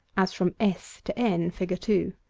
as from s to n, fig. two.